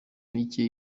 mike